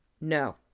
No